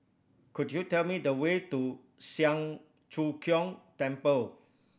could you tell me the way to Siang Cho Keong Temple